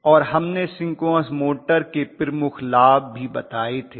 और हमने synchronous motor के प्रमुख लाभ भी बताए थे